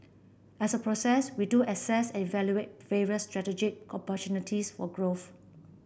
as a process we do assess evaluate strategic for growth